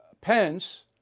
Pence